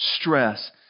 stress